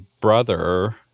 brother